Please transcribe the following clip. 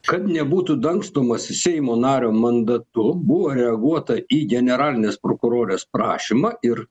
kad nebūtų dangstomasi seimo nario mandatu buvo reaguota į generalinės prokurorės prašymą ir